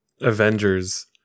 Avengers